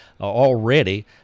Already